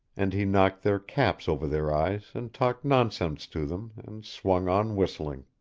and he knocked their caps over their eyes and talked nonsense to them, and swung on whistling.